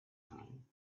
time